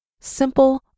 simple